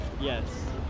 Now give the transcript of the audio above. Yes